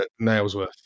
Nailsworth